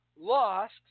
lost